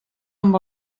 amb